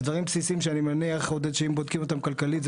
אלה דברים שאם בודקים אותם כלכלית,